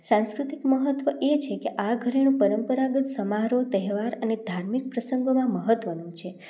સાંસ્કૃતિક મહત્વ એ છે કે આ ઘરેણું પરંપરાગત સમારોહ અને તહેવાર અને ધાર્મિક પ્રસંગોમાં મહત્વનું છે